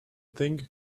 think